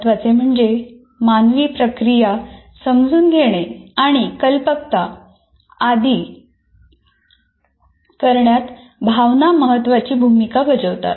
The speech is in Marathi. महत्त्वाचे म्हणजे मानवी प्रक्रिया समजून घेणे आणि कल्पकता आदि करण्यात भावना महत्वाची भूमिका बजावतात